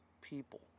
people